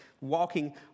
walking